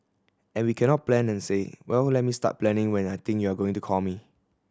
and we cannot plan and say well let me start planning when I think you are going to call me